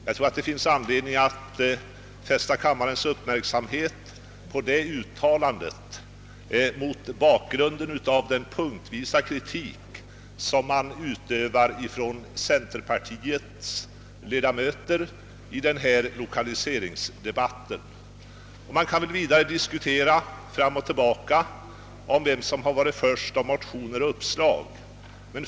Jag tror att det mot bakgrund av den kritik, som på olika punkter framförts mot lokaliseringspolitiken av de centerpartister som deltagit i denna debatt, finns all anledning att fästa kammarens uppmärksamhet på detta uttalande av centerpartiets ledare. Man kan diskutera fram och tillbaka om vem som varit först med motioner och uppslag.